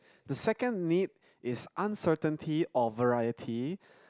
the second need is uncertainty or variety